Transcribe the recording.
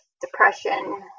depression